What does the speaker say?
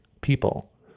people